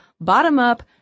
bottom-up